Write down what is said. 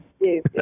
yes